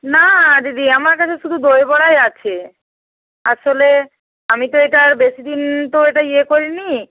না দিদি আমার কাছে শুধু দইবড়াই আছে আসলে আমি তো এটা আর বেশি দিন তো এটা ইয়ে করিনি